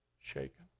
shaken